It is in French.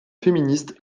féministes